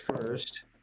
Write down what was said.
first